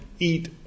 eat